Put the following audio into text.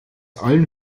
allen